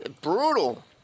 brutal